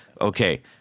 okay